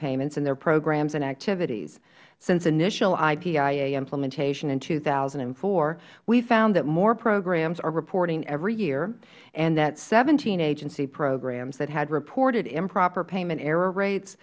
payments in their programs and activities since initiative ipia implementation in two thousand and four we found that more programs are reporting every year and that seventeen agency programs that had reported improper payment error rates